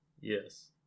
Yes